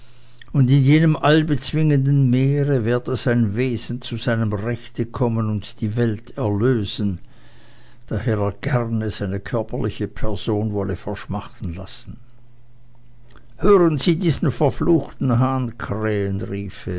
und in jenem allbezwingenden meere werde sein wesen zu seinem rechte kommen und die welt erlösen daher er gerne seine körperliche person wolle verschmachten lassen hören sie diesen verfluchten hahn krähen rief